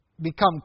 become